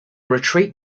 retreat